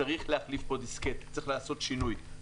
צריך להחליף פה דיסקט ולעשות שינוי.